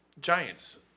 Giants